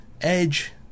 Edge